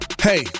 Hey